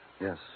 Yes